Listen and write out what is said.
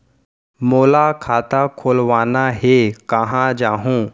मोला खाता खोलवाना हे, कहाँ जाहूँ?